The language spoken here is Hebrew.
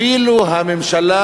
אפילו הממשלה,